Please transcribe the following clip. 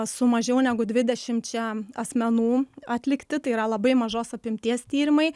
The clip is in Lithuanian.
su mažiau negu dvidešimčia asmenų atlikti tai yra labai mažos apimties tyrimai